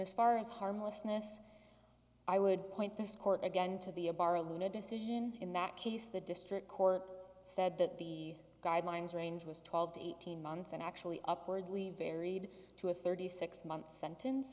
as far as harmlessness i would point this court again to the a bar luna decision in that case the district court said that the guidelines range was twelve to eighteen months and actually upwardly varied to a thirty six month sentence